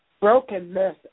brokenness